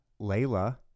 Layla